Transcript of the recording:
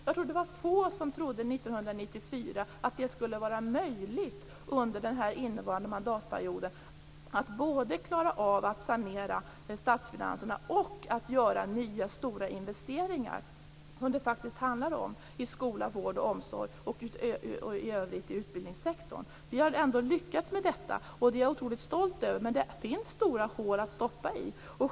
Jag tror att det var få som trodde 1994 att det skulle vara möjligt under den innevarande mandatperioden att både klara av att sanera statsfinanserna och att göra nya, stora investeringar - som det faktiskt handlar om - i skola, vård och omsorg och i utbildningssektorn i övrigt. Vi har ändå lyckats med detta, och det är jag otroligt stolt över. Men det finns stora hål att stoppa i.